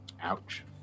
Ouch